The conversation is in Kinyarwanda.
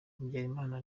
habyarimana